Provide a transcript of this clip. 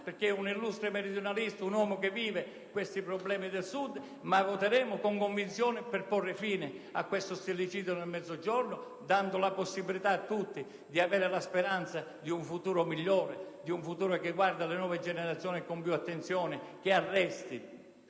Compagna, illustre meridionalista e uomo che vive i problemi del Sud, con convinzione, per porre fine allo stillicidio del Mezzogiorno, dando la possibilità a tutti di avere la speranza di un futuro migliore, che guarda alle nuove generazioni con più attenzione e che arresti